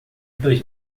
dois